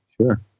Sure